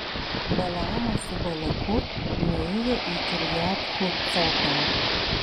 balaamas su balaku nuėjo į kirjat hucotą